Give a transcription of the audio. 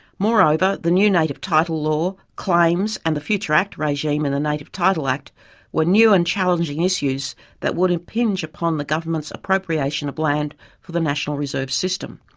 moreover the the new native title law, claims and the future act regime in the native title act were new and challenging issues that would impinge upon the government's appropriation of land for the national reserve system.